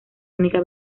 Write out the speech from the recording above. única